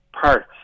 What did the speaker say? parts